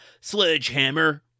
Sledgehammer